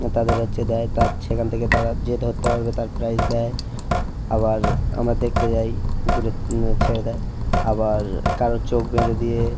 তাদের হচ্ছে দেয় তার সেখান থেকে তারা যে ধরতে পারবে তার প্রাইজ দেয় আবার আমরা দেখতে যাই পুকুরে ছেড়ে দেয় আবার কারোর চোখ বেঁধে দিয়ে